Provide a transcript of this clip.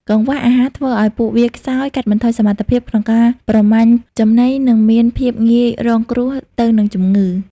កង្វះអាហារធ្វើឲ្យពួកវាខ្សោយ កាត់បន្ថយសមត្ថភាពក្នុងការប្រមាញ់ចំណី និងមានភាពងាយរងគ្រោះទៅនឹងជំងឺ។